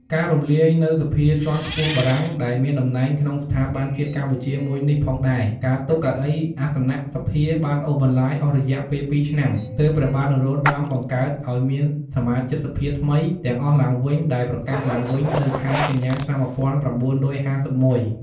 ការរំលាយនៅសភាជាន់ខ្ពស់បារាំងដែលមានតំណែងក្នុងស្ថាប័នជាតិកម្ពុជាមួយនេះផងដែរ ការទុកកៅអីអសនៈសភា បានអូសបន្លាយអស់រយៈពេល ២ឆ្នាំ ទើបព្រះបាទនរោត្តមបង្កើតឱ្យមានសមាជិកសភាថ្មីទាំងអស់ឡើងវិញដែលប្រកាសឡើងនៅខែកញ្ញា ឆ្នាំ ១៩៥១។